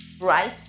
right